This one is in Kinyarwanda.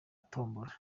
tombola